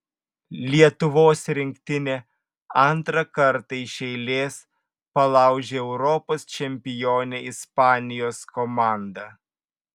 lietuvos rinktinė antrą kartą iš eilės palaužė europos čempionę ispanijos komandą